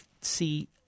see